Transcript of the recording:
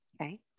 Okay